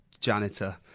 janitor